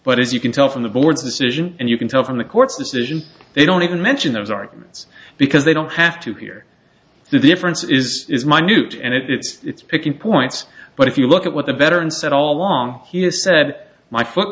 but as you can tell from the board's decision and you can tell from the court's decision they don't even mention those arguments because they don't have to hear the difference is is minute and it's picking points but if you look at what the better and said all along he has said my foot